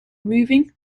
moving